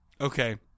Okay